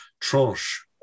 tranche